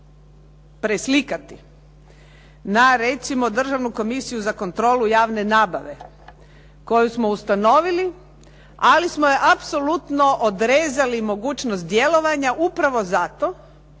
na recimo Državnu komisiju za kontrolu javne nabave koju smo ustanovili, ali smo je apsolutno odrezali mogućnost djelovanja upravo zato